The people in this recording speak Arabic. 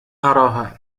أراها